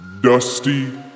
Dusty